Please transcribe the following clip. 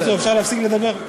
בקיצור, אפשר להפסיק לדבר?